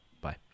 Bye